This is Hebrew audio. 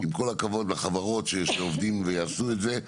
עם כל הכבוד לחברות שיש להן עובדים ויעשו את זה,